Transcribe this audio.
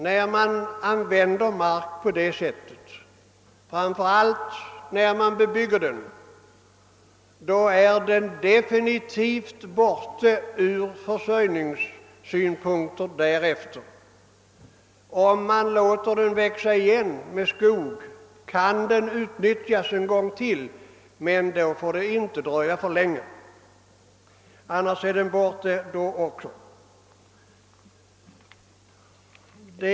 När man använder mark på detta sätt, framför allt när man bebygger den, är den i fortsättningen definitivt borta ur försörjningssynpunkt. Om man låter den växa igen med skog kan den utnyttjas en gång till men det får inte dröja länge ty annars är den även då förstörd.